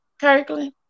Kirkland